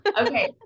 Okay